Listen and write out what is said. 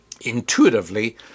intuitively